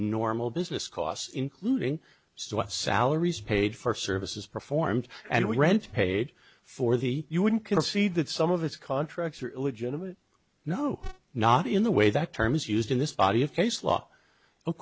nor business costs including so what salaries paid for services performed and we rent paid for the you wouldn't concede that some of his contracts are illegitimate no not in the way that term is used in this